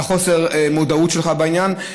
וחוסר המודעות שלך בעניין,